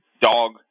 dog